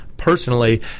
Personally